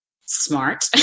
smart